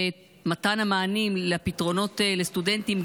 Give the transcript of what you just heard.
ומתן המענים לפתרונות לסטודנטים,